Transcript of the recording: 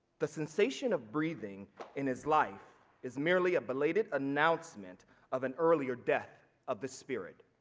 the sensation of breathing in his life is merely a belated announcement of an earlier death of the spirit.